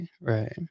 Right